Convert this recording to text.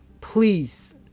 please